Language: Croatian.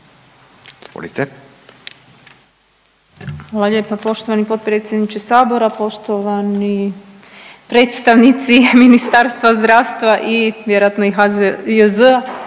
Hvala lijepa poštovani potpredsjedniče sabora. Poštovani predstavnici Ministarstva zdravstva i vjerojatno i HZJZ-a,